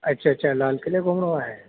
अछा अछा लाल क़िले घुमिणो आहे